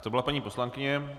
To byla paní poslankyně.